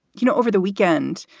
you know, over the weekend,